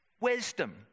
wisdom